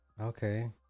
Okay